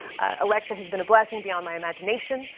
alexa has been a blessing beyond my imagination.